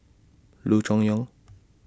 Loo Choon Yong